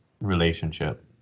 relationship